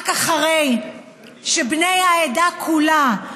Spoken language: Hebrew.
רק אחרי שבני העדה כולה,